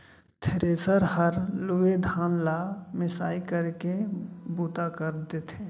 thresher हर लूए धान ल मिसाई करे के बूता कर देथे